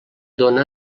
dóna